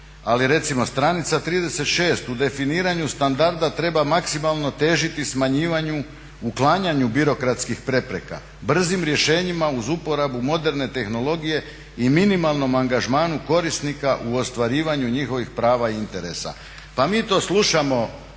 Ali recimo stranica 36, u definiranju standarda treba maksimalno težiti smanjivanju, uklanjanju birokratskih prepreka brzim rješenjima uz uporabu moderne tehnologije i minimalnom angažmanu korisnika u ostvarivanju njihovih prava i interesa. Pa mi to slušamo